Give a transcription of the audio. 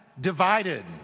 divided